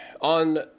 on